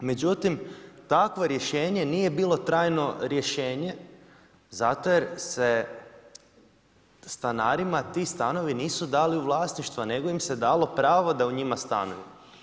Međutim, takvo rješenje nije bilo trajno rješenje zato jer se stanarima ti stanovi nisu dali u vlasništva nego im se dalo pravo da u njima stanuju.